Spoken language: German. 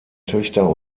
töchter